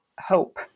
hope